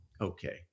Okay